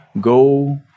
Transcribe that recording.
go